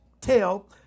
tell